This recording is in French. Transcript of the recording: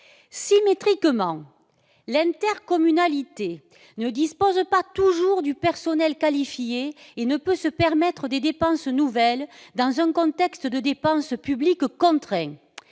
Symétriquement, l'intercommunalité ne dispose pas toujours du personnel qualifié et ne peut se permettre des dépenses nouvelles, dans un contexte de dépenses publiques contraint.